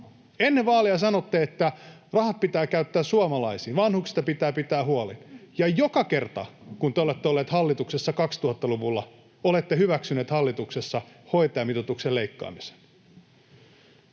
Ennen vaaleja sanotte, että rahat pitää käyttää suomalaisiin ja vanhuksista pitää pitää huoli, ja joka kerta, kun te olette olleet hallituksessa 2000-luvulla, olette hyväksyneet hallituksessa hoitajamitoituksen leikkaamisen.